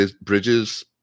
bridges